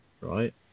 right